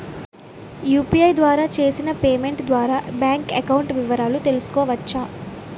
UPI ద్వారా చేసిన payment ద్వారా బ్యాంక్ అకౌంట్ వివరాలు తెలుసుకోవచ్చ?